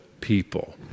people